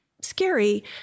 scary